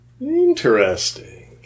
Interesting